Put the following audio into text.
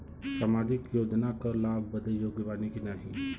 सामाजिक योजना क लाभ बदे योग्य बानी की नाही?